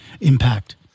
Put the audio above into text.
impact